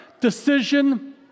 decision